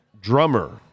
drummer